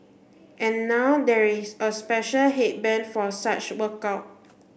and now there is a special headband for such workout